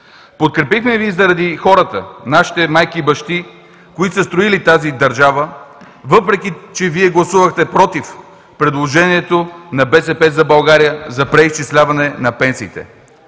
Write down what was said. Подкрепихме Ви и заради хората – нашите майки и бащи, които са строили тази държава, въпреки че Вие гласувахте против предложението на „БСП за България“ за преизчисляване на пенсиите.